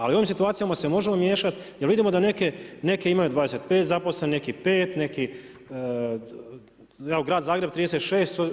Ali, u ovom situacijama se možemo miješati, jer vidimo da neke imaju 25 zaposlenih, neki 5, neki, evo Grad Zagreb, 366.